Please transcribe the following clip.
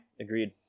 agreed